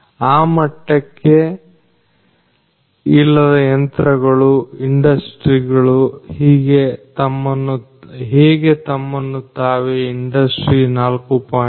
ಆ ಮಟ್ಟಕ್ಕೆ ಇಲ್ಲದ ಯಂತ್ರಗಳು ಇಂಡಸ್ಟ್ರಿಗಳು ಹೇಗೆ ತಮ್ಮನ್ನು ತಾವು ಇಂಡಸ್ಟ್ರಿ4